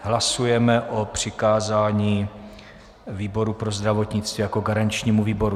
Hlasujeme o přikázání výboru pro zdravotnictví jako garančnímu výboru.